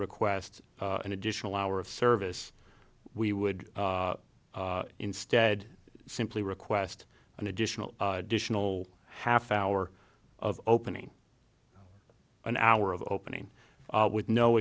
request an additional hour of service we would instead simply request an additional additional half hour of opening an hour of opening with no